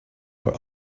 were